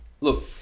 Look